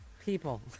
People